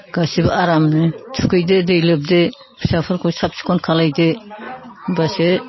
गासैबो आरामनो थुखैदो दै लोबदो फिसाफोरखौ साफ सिखन खालायदो होमब्लासो